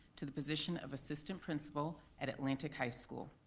to the position of assistant principal at atlantic high school.